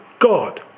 God